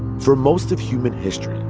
for most of human history,